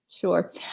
Sure